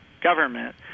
government